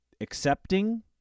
accepting